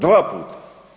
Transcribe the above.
Dva puta.